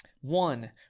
One